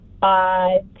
five